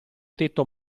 tetto